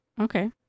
Okay